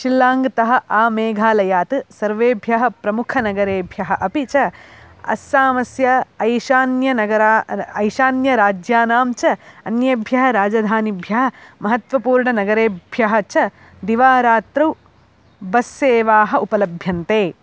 शिल्लाङ्ग्तः आमेघालयात् सर्वेभ्यः प्रमुखनगरेभ्यः अपि च अस्सामस्य अन्यनगराणाम् ईशान्यराज्यानां च अन्येभ्यः राजधानीभ्यः महत्त्वपूर्णनगरेभ्यः च दिवारात्रौ बस् सेवाः उपलभ्यन्ते